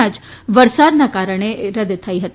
match વરસાદના કારણે રદ થઈ હતી